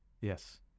Yes